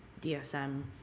DSM